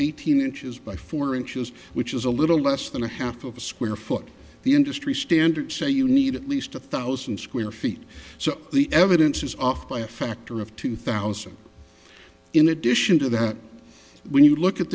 eighteen inches by four inches which is a little less than a half of a square foot the industry standard say you need at least a thousand square feet so the evidence is off by a factor of two thousand in addition to that when you look at